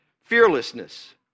Fearlessness